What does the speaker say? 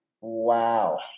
Wow